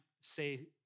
say